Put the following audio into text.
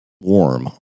warm